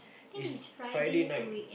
is Friday night